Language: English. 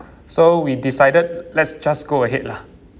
so we decided let's just go ahead lah